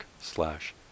slash